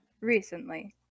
Recently